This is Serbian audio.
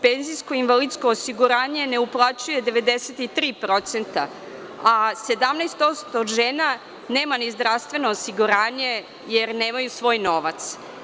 Penzijsko i invalidsko osiguranje ne uplaćuje 93%, a 17% žena nema ni zdravstveno osiguranje jer nemaju svoj novac.